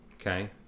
Okay